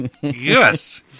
Yes